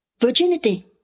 Virginity